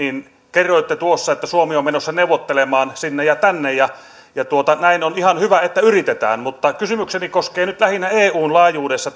kerroitte että suomi on menossa neuvottelemaan sinne ja tänne ja ja on ihan hyvä että yritetään mutta kysymykseni koskee nyt lähinnä eun laajuudessa